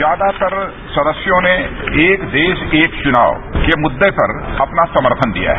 ज्यादातर सदस्यों ने एक देश एक चुनाव के मुद्दे पर अपना समर्थन दिया है